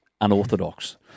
unorthodox